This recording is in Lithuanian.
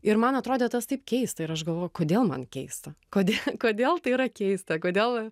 ir man atrodė tas taip keista ir aš galvoju kodėl man keista kodė kodėl tai yra keist kodėl